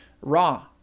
Raw